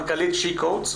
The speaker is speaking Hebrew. מנכ"לית she coeds,